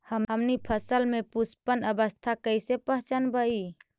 हमनी फसल में पुष्पन अवस्था कईसे पहचनबई?